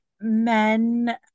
men